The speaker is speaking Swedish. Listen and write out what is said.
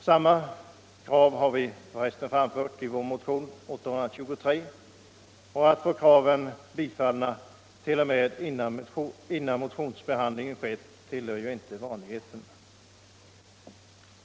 Samma krav har vi för resten framfört i vår motion 823, och att få kraven bifallna t.o.m. innan motionsbehandlingen skett tillhör ju inte vanligheterna.